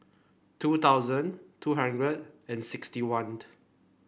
two thousand two hundred and sixty one